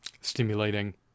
stimulating